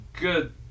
good